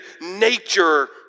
nature